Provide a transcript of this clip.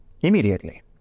Immediately